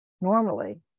Normally